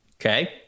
Okay